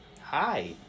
Hi